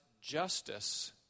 justice